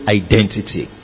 identity